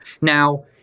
Now